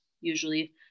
usually